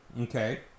Okay